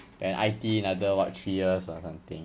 then I_T_E another what three years or something